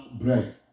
bread